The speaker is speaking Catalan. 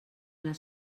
les